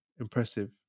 impressive